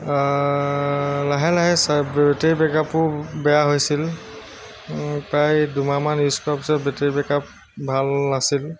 লাহে লাহে চব বেটেৰী বেকআপো বেয়া হৈছিল প্ৰায় দুমাহমান ইউজ কৰাৰ পিছত বেটেৰী বেকআপ ভাল নাছিল